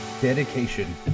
Dedication